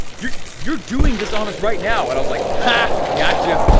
you're you're doing this on us right now, and i was like ha, gotcha.